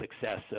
success